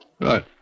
Right